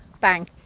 Bang